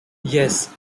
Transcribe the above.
yes